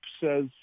says